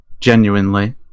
genuinely